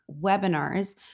webinars